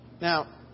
Now